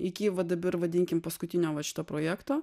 iki va dabar vadinkim paskutinio va šito projekto